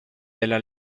della